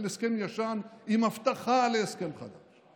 על הסכם ישן עם הבטחה להסכם חדש,